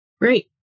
Great